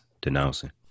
denouncing